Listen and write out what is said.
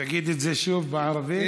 תגיד את זה שוב בערבית.